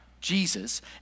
Jesus